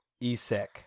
E-sec